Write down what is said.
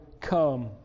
come